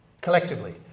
Collectively